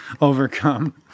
overcome